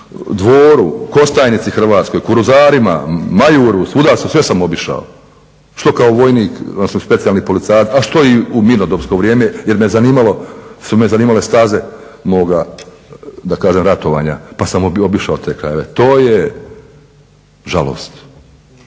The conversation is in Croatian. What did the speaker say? Dvoru, Hrvatskoj Kostajnici, Kuruzarima, Majuru sve sam obišao što kao vojnik, odnosno specijalni policajac a što i u mirnodopsko vrijeme jer su me zanimale staze moga da kažem ratovanja pa sam obišao te krajeve. To je žalost!